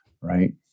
right